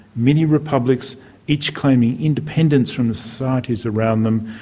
mini-republics each claiming independence from the societies around them,